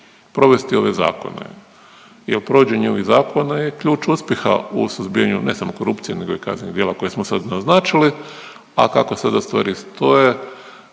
Provesti ove zakone. I u provođenju ovih zakona je ključ uspjeha u suzbijanju ne samo korupcije nego i kaznenih djela koje smo sad naznačili, a kako sada stvari stoje